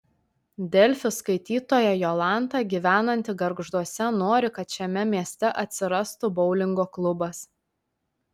delfi skaitytoja jolanta gyvenanti gargžduose nori kad šiame mieste atsirastų boulingo klubas